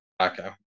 Okay